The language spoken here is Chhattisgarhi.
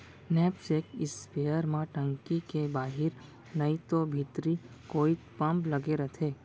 नैपसेक इस्पेयर म टंकी के बाहिर नइतो भीतरी कोइत पम्प लगे रथे